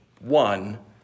one